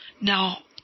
Now